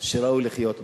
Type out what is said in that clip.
שראוי לחיות בה.